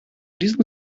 diesem